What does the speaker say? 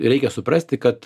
reikia suprasti kad